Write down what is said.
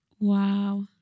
Wow